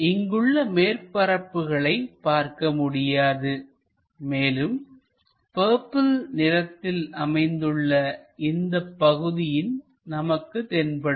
இங்குள்ள மேற்பரப்புகளை பார்க்க முடியாது மேலும் பர்பிள் நிறத்தில் அமைந்துள்ள இந்த பகுதியும் நமக்கு தென்படும்